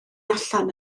allan